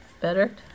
better